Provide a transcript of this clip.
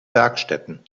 werkstätten